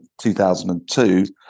2002